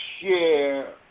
share